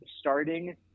starting